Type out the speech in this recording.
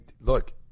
Look